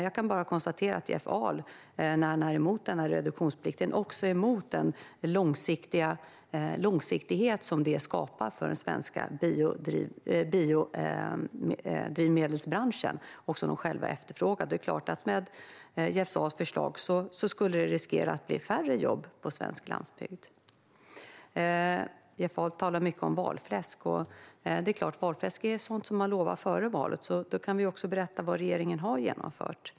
Jag kan bara konstatera att Jeff Ahl genom att vara emot reduktionsplikten också är emot den långsiktighet som detta skapar för den svenska biodrivmedelsbranschen, som själv efterfrågar detta. Med Jeff Ahls förslag finns en risk att det blir färre jobb på svensk landsbygd. Jeff Ahl talar mycket om valfläsk. Valfläsk är sådant man lovar före valet. Låt mig då berätta vad regeringen faktiskt har genomfört.